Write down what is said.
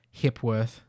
Hipworth